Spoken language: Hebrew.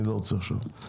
אני לא רוצה עכשיו.